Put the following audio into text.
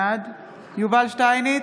בעד יובל שטייניץ,